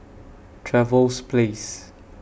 Trevose Place